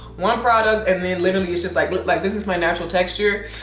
one product, and then literally it's just like look. like this is my natural texture.